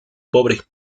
pobre